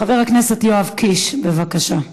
חבר הכנסת יואב קיש, בבקשה.